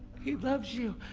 he loves you.